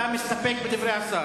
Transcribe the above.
אתה מסתפק בדברי השר.